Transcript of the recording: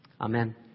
Amen